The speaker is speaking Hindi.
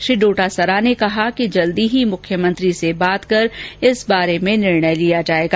श्री डोटासरा ने कहा कि जल्द ही मुख्यमंत्री से बात कर इस बारे में निर्णय लिया जाएगा